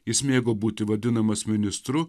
jis mėgo būti vadinamas ministru